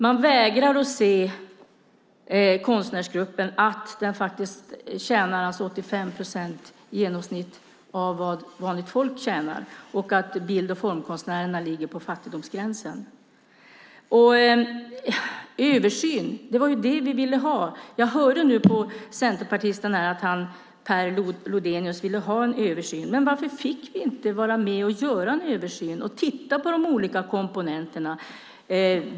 Man vägrar att se att konstnärsgruppen i genomsnitt tjänar 85 procent av vad vanligt folk tjänar och att bild och formkonstnärerna ligger på fattigdomsgränsen. Vi ville ju ha en översyn. Jag hörde nu att Per Lodenius ville ha en översyn. Varför fick vi inte vara med och göra en översyn och titta på olika komponenter?